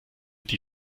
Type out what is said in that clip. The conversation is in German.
die